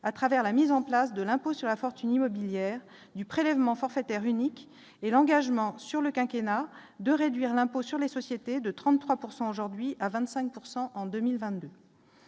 à travers la mise en place de l'impôt sur la fortune immobilière du prélèvement forfaitaire unique et l'engagement sur le quinquennat de réduire l'impôt sur les sociétés de 33 pourcent aujourd'hui à 25 pourcent